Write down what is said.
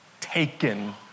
taken